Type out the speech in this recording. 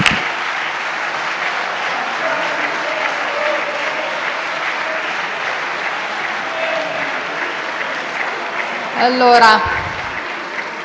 Grazie